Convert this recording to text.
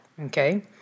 Okay